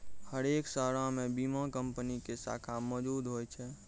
हरेक शहरो मे बीमा कंपनी के शाखा मौजुद होय छै